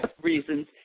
reasons